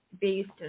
based